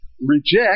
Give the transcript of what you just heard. Reject